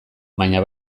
baina